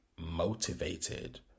motivated